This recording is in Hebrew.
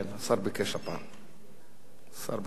ההצעה להעביר את הצעת חוק החוזים האחידים (תיקון מס' 4),